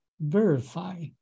verify